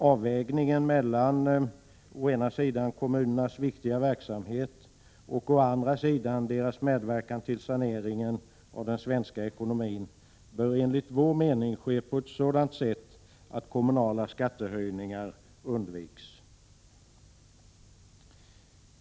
Avvägningen mellan å ena sidan kommunernas viktiga verksamhet och å andra sidan deras medverkan till saneringen av den svenska ekonomin bör enligt vår mening ske på ett sådant sätt att kommunala skattehöjningar undviks.